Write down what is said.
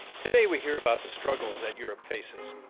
today, we hear about the struggles that europe faces,